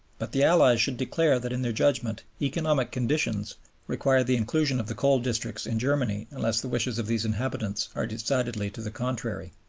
but the allies should declare that in their judgment economic conditions require the inclusion of the coal districts in germany unless the wishes of the inhabitants are decidedly to the contrary.